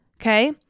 Okay